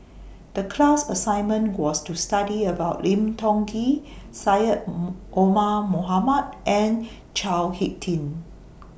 The class assignment was to study about Lim Tiong Ghee Syed Omar Mohamed and Chao Hick Tin